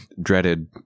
dreaded